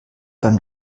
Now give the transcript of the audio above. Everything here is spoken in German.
beim